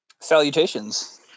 Salutations